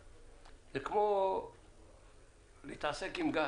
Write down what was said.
זה כמו להתעסק עם גז.